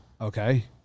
Okay